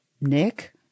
Nick